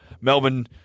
Melbourne